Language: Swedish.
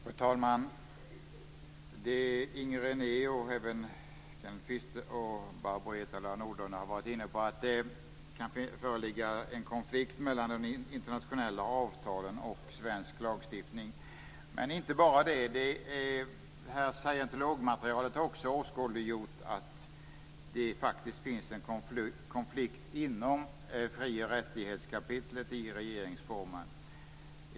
Fru talman! Inger René och även Kenneth Kvist och Barbro Hietala Nordlund har varit inne på att det kanske föreligger en konflikt mellan de internationella avtalen och svensk lagstiftning. Men det är inte bara det. Det här scientologmaterialet har också åskådliggjort att det faktiskt finns en konflikt inom fri och rättighetskapitlet i regeringsformen.